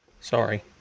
sorry